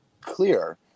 clear